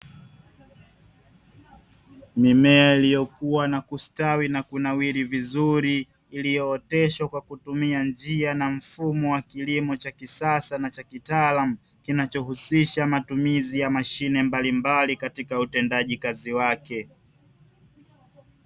Mimea iliyokuwa na kustawi na kunawiri vizuri, iliyooteshwa kwa tukumia njia na mfumo wa kilimo cha kisasa na cha kitaalamu, kinachohusisha matumizi ya mashine mbalimbali katika utendaji kazi wake.